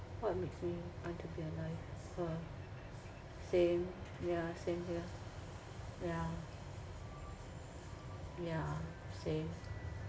what makes me want to be alive uh same ya same here yeah yeah same